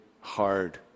hard